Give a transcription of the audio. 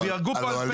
יש פה בעיה